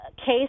case